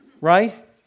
right